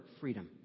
freedom